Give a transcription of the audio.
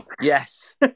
yes